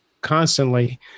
Constantly